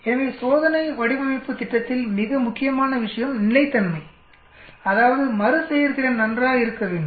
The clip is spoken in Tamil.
எனவே சோதனை வடிவமைப்பு திட்டத்தில் மிக முக்கியமான விஷயம் நிலைத்தன்மைஅதாவது மறுசெயற்திறன் நன்றாக இருக்க வேண்டும்